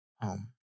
home